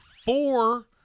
four